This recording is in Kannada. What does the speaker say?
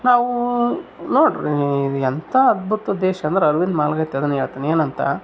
ನಾವೂ ನೋಡ್ರಿ ಇದು ಎಂಥ ಅದ್ಬುತ ದೇಶ ಅಂದರೆ ಅರವಿಂದ್ ಮಾಲಗತ್ತಿ ಅದನ್ನೆ ಹೇಳ್ತಾನೆ ಏನಂತ